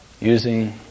using